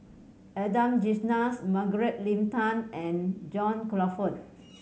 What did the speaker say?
Adan Margaret Leng Tan and John Crawfurd